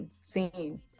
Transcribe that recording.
scene